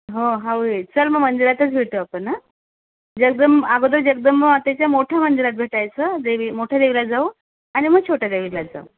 हो हळू ये चल मग मंदिरातचं भेटू आपण हा जगदंबा अगोदर जगदंबा मातेच्या मोठ्या मंदिरात भेटायचं देवी मोठ्या देवीला जाऊ आणि मग छोट्या देवीला जाऊ